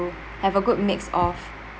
to have a good mix of